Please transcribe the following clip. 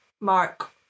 Mark